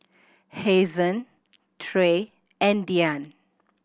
Hazen Trey and Diann